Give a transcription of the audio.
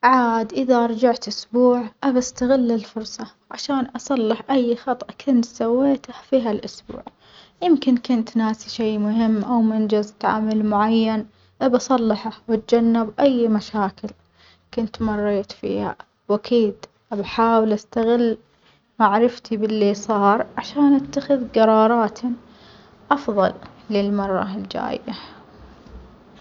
عاد إذا رجعت أسبوع بستغل الفرصة عشان أصلح أي خطأ كنت سويته في ها الأسبوع، يمكن كنت ناسية شي مهم أو ما أنجزت عمل معين بصلحه وأتجنب أي مشاكل كنت مريت فيها وأكيد بحاول أستغل معرفتي باللي صار عشان أتخذ قرارات أفظل للمرة الجاية.